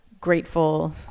grateful